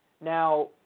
Now